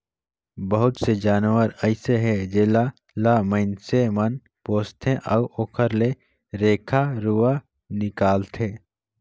बहुत से जानवर अइसे हे जेला ल माइनसे मन पोसथे अउ ओखर ले रेखा रुवा निकालथे